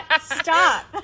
Stop